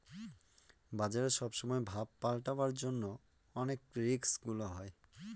বাজারে সব সময় ভাব পাল্টাবার জন্য অনেক রিস্ক গুলা হয়